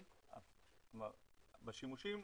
בשימושים,